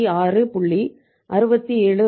67 ரூ